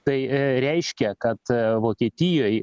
tai reiškia kad vokietijoj